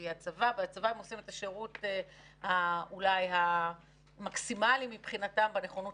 כי בצבא הם עושים את השירות המקסימלי מבחינתם בנכונות